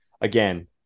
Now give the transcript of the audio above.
again –